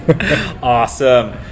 Awesome